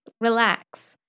Relax